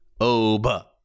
Oba